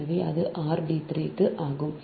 எனவே அது r d 3 ஆகும்